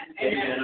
Amen